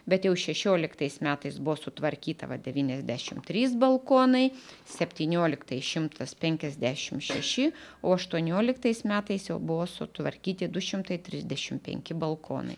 bet jau šešioliktais metais buvo sutvarkyta va devyniasdešim trys balkonai septynioliktais šimtas penkiasdešim šeši o aštuonioliktais metais jau buvo sutvarkyti du šimtai trisdešim penki balkonai